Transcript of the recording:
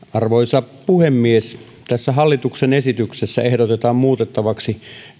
arvoisa puhemies tässä hallituksen esityksessä ehdotetaan muutettavaksi